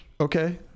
Okay